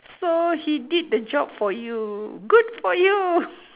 so he did the job for you good for you